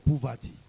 poverty